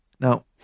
Now